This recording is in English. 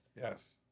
Yes